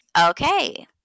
okay